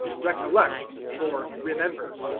recollect for remember.